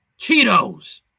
Cheetos